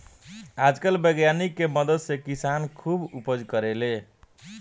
आजकल वैज्ञानिक के मदद से किसान खुब उपज करेले